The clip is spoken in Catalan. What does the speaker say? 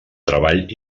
treball